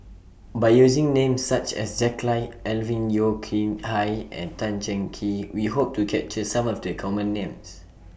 By using Names such as Jack Lai Alvin Yeo Khirn Hai and Tan Cheng Kee We Hope to capture Some of The Common Names